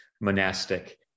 monastic